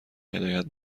هدایت